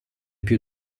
più